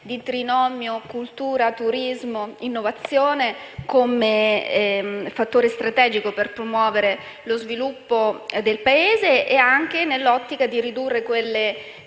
trinomio tra cultura, turismo e innovazione come fattore strategico per promuovere lo sviluppo del Paese, anche nell'ottica di ridurre il